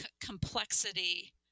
complexity